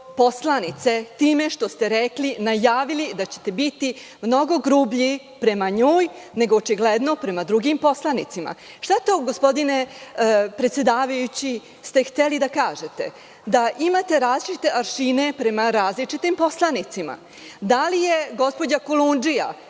poslanice time što ste najavili da ćete biti mnogo grublji prema njoj nego prema drugim poslanicima. Šta ste to, gospodine predsedavajući, hteli da kažete? Da imate različite aršine prema različitim poslanicima? Da li je gospođa Kolundžija